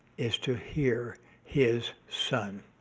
is to hear his son.